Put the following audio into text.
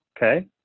Okay